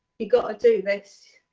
you got to do this.